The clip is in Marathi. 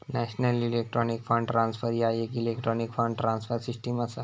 नॅशनल इलेक्ट्रॉनिक फंड ट्रान्सफर ह्या येक इलेक्ट्रॉनिक फंड ट्रान्सफर सिस्टम असा